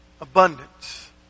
Abundance